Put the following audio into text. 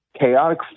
chaotic